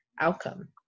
outcome